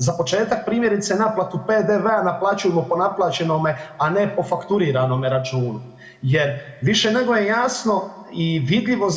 Za početak primjerice naplatu PDV-a naplaćujmo po naplaćenome a ne po fakturi na onome računu jer više nego je jasno i vidljivo